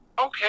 Okay